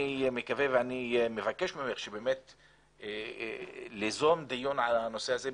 אני מקווה ואני מבקש ממך ליזום דיון על הנושא הזה,